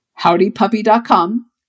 Howdypuppy.com